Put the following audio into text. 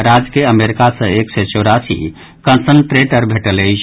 राज्य के अमेरिका सँ एक सय चौरासी कन्संट्रेटर भेटल अछि